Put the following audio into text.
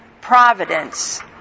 providence